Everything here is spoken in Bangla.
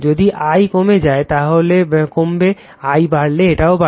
যদি I কমে যায় তাহলে কমবে I বাড়লে এটাও বাড়বে